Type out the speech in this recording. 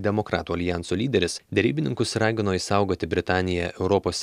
demokratų aljanso lyderis derybininkus ragino išsaugoti britaniją europos